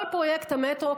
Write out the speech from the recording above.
כל פרויקט המטרו,